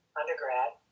undergrad